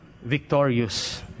Victorious